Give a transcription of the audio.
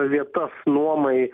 vietas nuomai